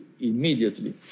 immediately